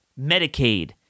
Medicaid